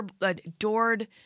adored